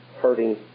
hurting